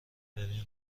ببین